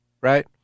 right